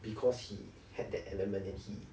because he had that element and he